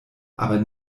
aber